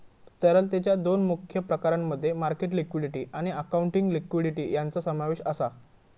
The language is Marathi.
तरलतेच्या दोन मुख्य प्रकारांमध्ये मार्केट लिक्विडिटी आणि अकाउंटिंग लिक्विडिटी यांचो समावेश आसा